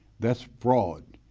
that's fraud.